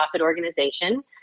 organization